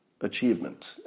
achievement